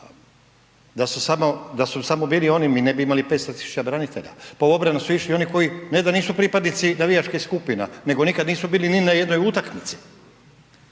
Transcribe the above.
Da su samo bili oni mi ne bi imali 500.000 branitelja, pa u obranu su išli oni koji ne da nisu pripadnici navijačkih skupina nego nikad nisu bili ni na jednoj utakmici,